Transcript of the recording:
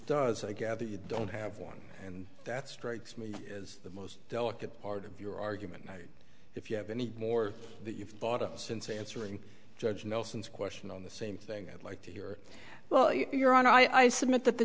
does i gather you don't have one and that strikes me is the most delicate part of your argument if you have any more that you've thought of since answering judge nelson's question on the same thing i'd like to hear well your honor i submit that the